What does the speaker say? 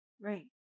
Right